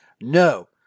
No